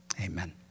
Amen